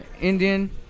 Indian